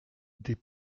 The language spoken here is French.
des